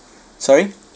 sorry